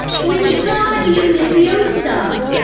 wingardium leviosa!